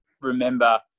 remember